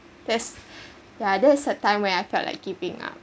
that’s yeah that’s the time when I felt like giving up